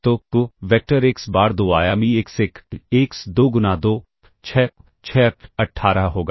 तो vector x बार 2 आयामी एक्स 1 एक्स 2 गुना 2 6 6 18 होगा